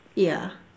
ya